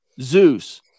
Zeus